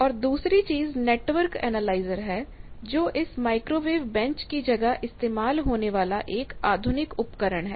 और दूसरी चीज नेटवर्क एनालाइजर है जो इस माइक्रोवेव बेंच की जगह इस्तेमाल होने वाला एक आधुनिक उपकरण है